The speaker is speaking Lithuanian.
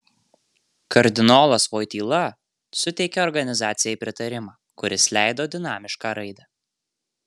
kardinolas voityla suteikė organizacijai pritarimą kuris leido dinamišką raidą